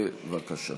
בבקשה.